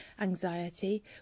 anxiety